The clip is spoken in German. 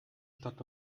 stadt